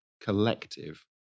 collective